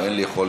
ואין לי יכולת,